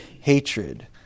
hatred